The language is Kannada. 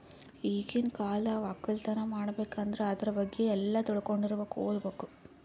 ಈಗಿನ್ ಕಾಲ್ದಾಗ ವಕ್ಕಲತನ್ ಮಾಡ್ಬೇಕ್ ಅಂದ್ರ ಆದ್ರ ಬಗ್ಗೆ ಎಲ್ಲಾ ತಿಳ್ಕೊಂಡಿರಬೇಕು ಓದ್ಬೇಕು